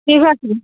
ঠিক আছে